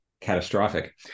catastrophic